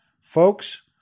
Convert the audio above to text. folks